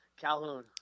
Calhoun